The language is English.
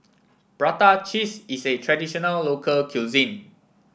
Prata Cheese is a traditional local cuisine